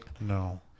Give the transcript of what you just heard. No